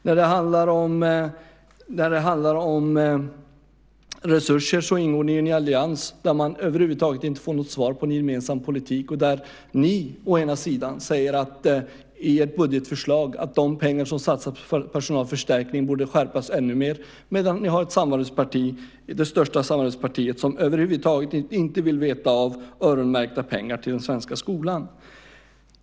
När det handlar om resurser ingår ni i en allians där man över huvud taget inte får något besked om er gemensamma politik och där ni säger i ert budgetförslag att de pengar som satsas på personalförstärkning borde skärpas ännu mer, medan ert största samarbetsparti över huvud taget inte vill veta av öronmärkta pengar till den svenska skolan.